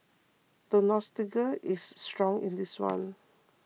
the nostalgia is strong in this one